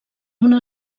una